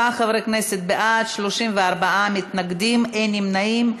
27 חברי כנסת בעד, 34 מתנגדים, אין נמנעים.